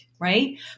Right